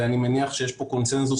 ואני מניח שיש פה קונצנזוס,